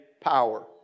power